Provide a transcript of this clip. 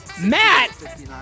Matt